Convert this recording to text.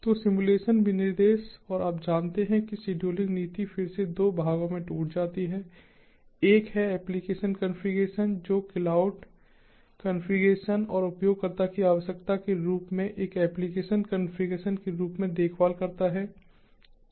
तो सिम्युलेशन विनिर्देश और आप जानते हैं कि शेड्यूलिंग नीति फिर से 2 भागों में टूट जाती है एक है एप्लिकेशन कॉन्फ़िगरेशन जो क्लाउड कॉन्फ़िगरेशन और उपयोगकर्ता की आवश्यकता के रूप में एक एप्लिकेशन कॉन्फ़िगरेशन के रूप में देखभाल करता है